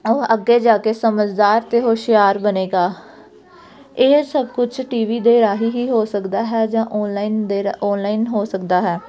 ਉਹ ਅੱਗੇ ਜਾ ਕੇ ਸਮਝਦਾਰ ਅਤੇ ਹੁਸ਼ਿਆਰ ਬਣੇਗਾ ਇਹ ਸਭ ਕੁਛ ਟੀ ਵੀ ਦੇ ਰਾਹੀਂ ਹੀ ਹੋ ਸਕਦਾ ਹੈ ਜਾਂ ਔਨਲਾਈਨ ਦੇ ਰਾਹੀਂ ਔਨਲਾਈਨ ਹੋ ਸਕਦਾ ਹੈ